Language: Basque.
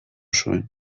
zuen